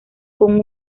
con